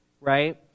right